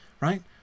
right